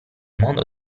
mondo